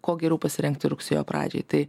kuo geriau pasirengti rugsėjo pradžiai tai